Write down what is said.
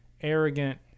arrogant